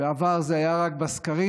בעבר זה היה רק בסקרים,